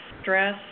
stress